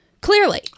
clearly